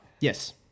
Yes